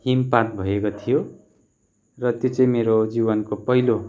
हिमपात भएका थियो र त्यो चाहिँ मेरो जीवनको पहिलो